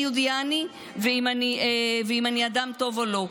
יהודייה אני ואם אני אדם טוב או לא.